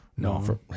No